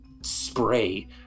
spray